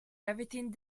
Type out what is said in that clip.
everything